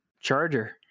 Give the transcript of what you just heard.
Charger